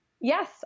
yes